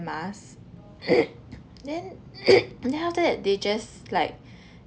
mask then and then after that they just like